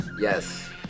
Yes